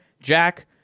Jack